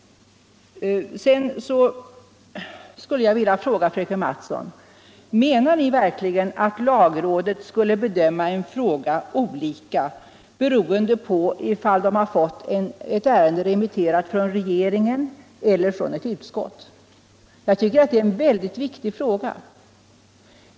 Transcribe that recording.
Sedan skulle jag vilja fråga fröken Mattson: Menar ni verkligen att lagrådet skulle bedöma en fråga olika beroende på om man har fått ett ärende remitterat från regeringen eller från ett utskott? Jag tycker att det är en väldigt viktig fråga.